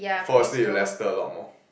fall asleep with Lester a lot more